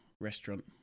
restaurant